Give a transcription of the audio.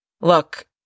Look